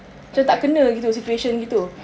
macam tak kena gitu situation gitu